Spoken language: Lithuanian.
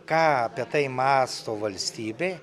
ką apie tai mąsto valstybė